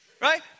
Right